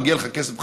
מגיע לך כסף בחזרה.